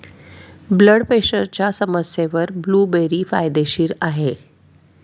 blood प्रेशरच्या समस्येवर blueberry फायदेशीर आहे